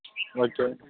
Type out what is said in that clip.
okay